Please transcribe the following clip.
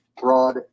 Broad